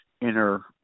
inner